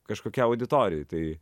kažkokiai auditorijai tai